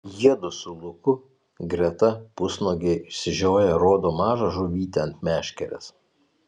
jiedu su luku greta pusnuogiai išsižioję rodo mažą žuvytę ant meškerės